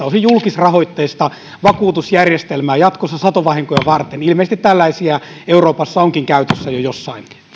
osin julkisrahoitteista vakuutusjärjestelmää jatkossa satovahinkoja varten ilmeisesti tällaisia euroopassa onkin käytössä jo jossain